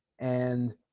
and